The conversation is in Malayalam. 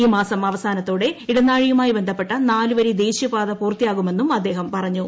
ഈ മാസം അവസാനത്തോടെ ഇടനാഴിയുമായി ബന്ധപ്പെട്ട നാലുവരി ദേശീയപാത പൂർത്തിയാകുമെന്ന് അദ്ദേഹം പറഞ്ഞു